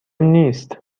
نیست